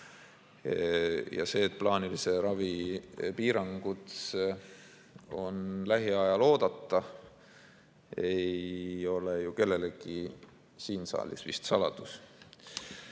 See, et plaanilise ravi piiranguid on lähiajal oodata, ei ole ju kellelegi siin saalis vist saladus.